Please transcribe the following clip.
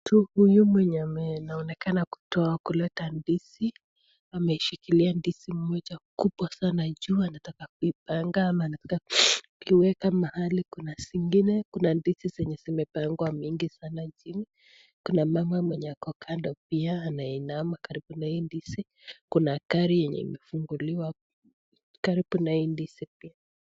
Mtu huyu mwenye anaonekana kuleta ndizi ameshikilia ndizi moja kubwa sana juu anataka kuipanga ama anataka kuiweka mahali kuna zingine kuna ndizi zenye zimepangwa mingi sana chini kuna mama mwenye ako kando pia ameinama karibu na hii ndizi kuna gari yenye imefunguliwa karibu na hii ndizi pia.